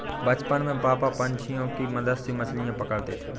बचपन में पापा पंछियों के मदद से मछलियां पकड़ते थे